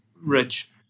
rich